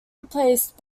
replaced